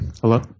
Hello